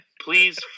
Please